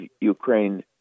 Ukraine